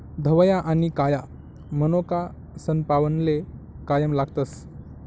धवया आनी काया मनोका सनपावनले कायम लागतस